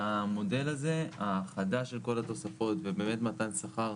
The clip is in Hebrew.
והמודל הזה, ההאחדה של כל התוספות ומתן שכר